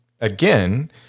again